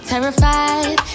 Terrified